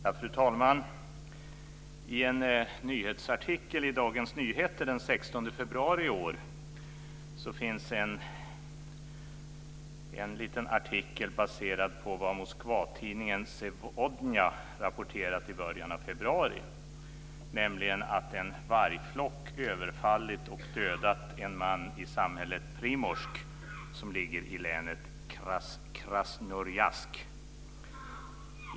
Fru talman! I DN av den 16 februari i år finns en artikel baserad på vad Moskvatidningen Sevodnja rapporterat i början av februari, nämligen att en vargflock överfallit och dödat en man i samhället Primorsk som ligger i länet Krasnojarsk.